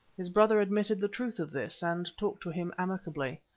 his brother admitted the truth of this, and talked to him amicably.